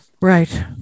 Right